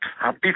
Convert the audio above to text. happy